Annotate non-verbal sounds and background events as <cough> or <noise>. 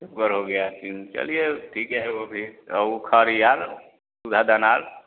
चोकर हो गया चीन चलिए ठीक है वो भी और ऊ <unintelligible>